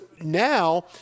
now